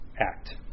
act